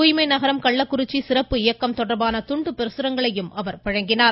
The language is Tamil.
தூய்மை நகரம் கள்ளக்குறிச்சி இயக்கம் தொடர்பான துண்டு பிரசுரங்களையும் அவர் வழங்கினார்